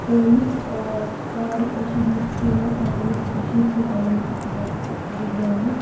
تہٕ یُس ژرارِ شریٖف چھُ تَتہِ اوس شیخ العالم چھُ تَتہِ گُزریومُت